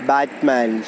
Batman